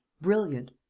brilliant